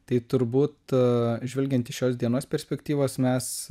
tai turbūt žvelgiant iš šios dienos perspektyvos mes